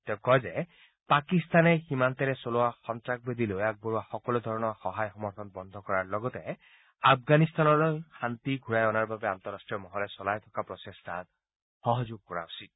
তেওঁ কয় যে পাকিস্তানে সীমান্তেৰে চলোৱা সন্তাসবাদলৈ আগবঢ়োৱা সকলো ধৰণৰ সহায় সমৰ্থন বন্ধ কৰাৰ লগতে আফগানিস্তানলৈ শান্তি ঘূৰাই অনাৰ বাবে আন্তঃৰাষ্ট্ৰীয় মহলে চলাই থকা প্ৰচেষ্টাত যোগ দিয়া উচিত